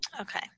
Okay